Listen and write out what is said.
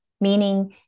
meaning